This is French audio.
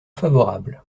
favorable